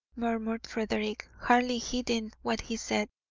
murmured frederick, hardly heeding what he said.